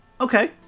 Okay